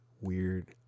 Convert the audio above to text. weird